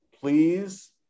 please